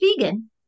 vegan